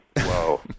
Whoa